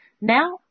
Now